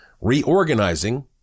reorganizing